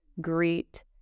greet